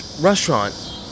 restaurant